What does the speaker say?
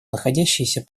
находящихся